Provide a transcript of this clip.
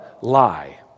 lie